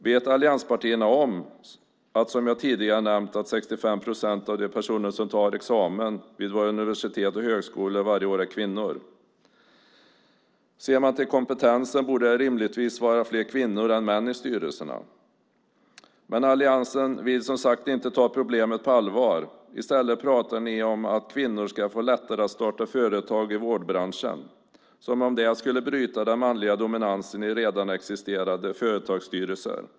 Vet allianspartierna att, som jag tidigare nämnt, 65 procent av dem som tar examen vid våra universitet och högskolor varje år är kvinnor? Ser man till kompetensen borde det rimligtvis vara fler kvinnor än män i styrelserna. Alliansen vill, som sagt, inte ta problemet på allvar. I stället pratar de om att kvinnor ska få lättare att starta företag i vårdbranschen - som om det skulle bryta den manliga dominansen i redan existerande företagsstyrelser!